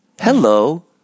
Hello